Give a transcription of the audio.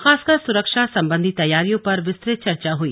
खासकर सुरक्षा संबंधी तैयारियों पर विस्तृत चर्चा हुई